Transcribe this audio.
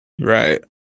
Right